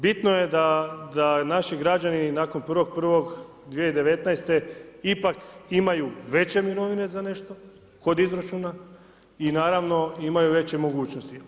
Bitno je da naši građani nakon 1.1.2019. ipak imaju veće mirovine za nešto kod izračuna i naravno imaju veće mogućnosti.